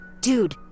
Dude